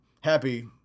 happy